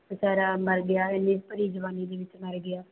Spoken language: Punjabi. ਵਿਚਾਰਾ ਮਰ ਗਿਆ ਇੰਨੀ ਭਰੀ ਜਵਾਨੀ ਦੇ ਵਿੱਚ ਮਰ ਗਿਆ